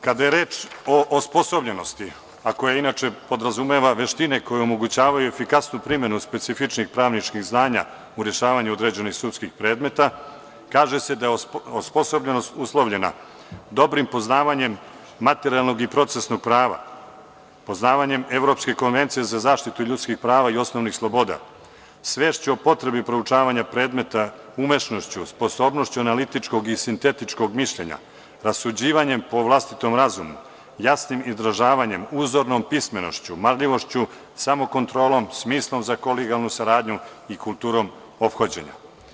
Kada je reč o osposobljenosti, a koja inače podrazumeva veštine koje omogućavaju efikasnu primenu specifičnih pravničkih znanja u rešavanju određenih sudskih predmeta, kaže se da je osposobljenost uslovljena dobrim poznavanjem materijalnog i procesnog prava, poznavanjem Evropske konvencije za zaštitu ljudskih prava i osnovnih sloboda, svešću o potrebi proučavanja predmeta, umešnošću, sposobnošću analitičkog i sintetičkog mišljenja, rasuđivanjem po vlastitom razumu, jasnim izražavanjem i uzornom pismenošću, marljivošću, samokontrolom, smislom za kolegijalnu saradnju i kulturom ophođenja.